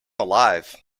alive